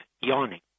yawning